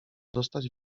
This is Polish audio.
dostać